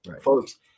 folks